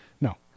No